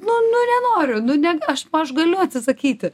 nu nu nenoriu nu ne aš aš galiu atsisakyti